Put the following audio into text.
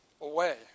away